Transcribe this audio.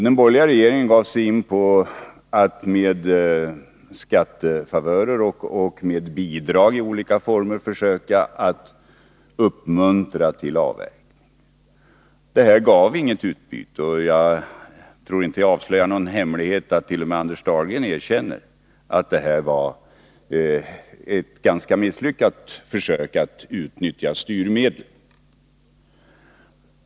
Den borgerliga regeringen gav sig in på att med skattefavörer och bidrag i olika former försöka uppmuntra till avverkning. Detta gav inget utbyte. Jag tror inte jag avslöjar någon hemlighet om jag säger att t.o.m. Anders Dahlgren erkänner att detta var ett ganska misslyckat försök att utnyttja styrmedel.